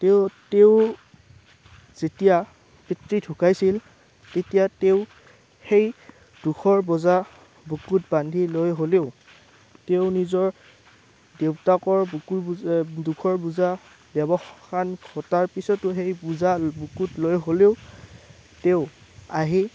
তেওঁ তেওঁৰ যেতিয়া পিতৃ ঢুকাইছিল তেতিয়া তেওঁ সেই দুখৰ বোজা বুকুত বান্ধি লৈ হ'লেও তেওঁৰ নিজৰ দেউতাকৰ বুকুৰ দুখৰ বোজা ব্যৱসান ঘটাৰ পিছতো সেই বোজা বুকুত লৈ হ'লেও তেওঁ আহি